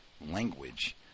language